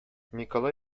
миколай